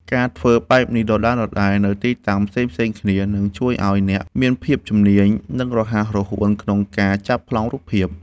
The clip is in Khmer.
ការធ្វើបែបនេះដដែលៗនៅទីតាំងផ្សេងៗគ្នា នឹងជួយឱ្យអ្នកមានភាពជំនាញ និងរហ័សរហួនក្នុងការចាប់ប្លង់រូបភាព។